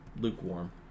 lukewarm